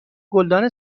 گلدان